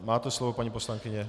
Máte slovo, paní poslankyně.